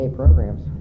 programs